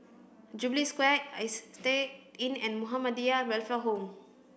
Jubilee Square Istay Inn and Muhammadiyah Welfare Home